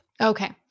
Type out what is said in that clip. Okay